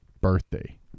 birthday